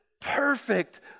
perfect